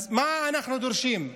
אז מה אנחנו דורשים?